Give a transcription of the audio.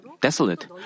desolate